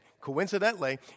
Coincidentally